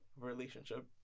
relationship